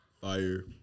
Fire